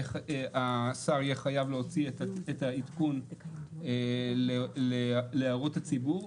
השר יהיה חייב להוציא את העדכון להערות הציבור,